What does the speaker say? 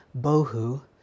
bohu